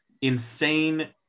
insane